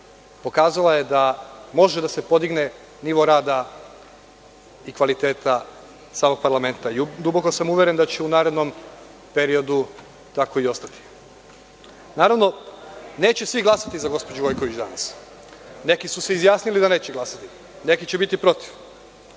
pokazala je da može da se podigne nivo rada i kvaliteta samog parlamenta. Duboko sam uveren da će i u narednom periodu tako i ostati. Naravno, neće svi glasati za gospođu Gojković danas. Neki su se izjasnili da neće glasati, neki će biti protiv,